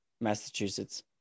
Massachusetts